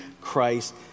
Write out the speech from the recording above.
Christ